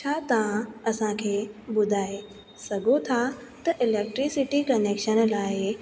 छा तव्हां असांखे ॿुधाए सघो था त इलैक्ट्रिसिटी कनैक्शन लाइ